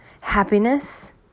happiness